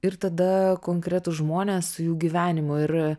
ir tada konkretūs žmones su jų gyvenimu ir